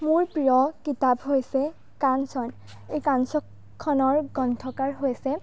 মোৰ প্ৰিয় কিতাপ হৈছে কাঞ্চন এই কাঞ্চনখনৰ গ্ৰন্থকাৰ হৈছে